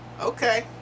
Okay